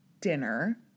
dinner